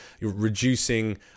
reducing